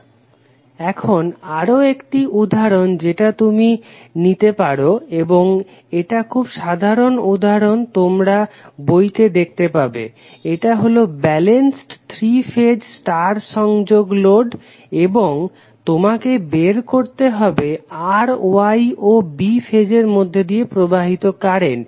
Refer Slide Time 1027 এখন আরও একটি উদাহরণ যেটা তুমি নিয়ে পারো এবং এটা খুব সাধারণ উদাহরণ তোমরা বইতে দেখতে পাবে এটা হলো ব্যালেন্সেড 3 ফেজ স্টার সংযোগ লোড এবং তোমাকে বের করতে হবে R Y ও B ফেজের মধ্যে দিয়ে প্রবাহিত কারেন্ট